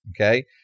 Okay